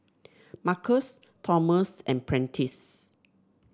Marcos Thomas and Prentiss